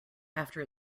after